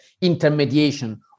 intermediation